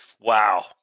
Wow